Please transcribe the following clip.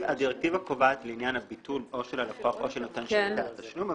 הדירקטיבה קובעת לעניין הביטול או של הלקוח או של נותן שירותי התשלום,